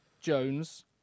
Jones